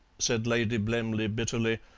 said lady blemley bitterly.